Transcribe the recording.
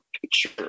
picture